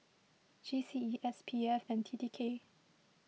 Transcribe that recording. G C E S P F and T T K